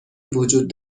وجود